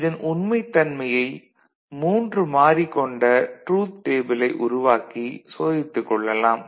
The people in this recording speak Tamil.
இதன் உண்மைத் தன்மையை 3 மாறி கொண்ட ட்ரூத் டேபிளை உருவாக்கி சோதித்துக் கொள்ளலாம்